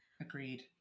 Agreed